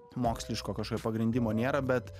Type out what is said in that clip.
moksliško kažkokio pagrindimo nėra bet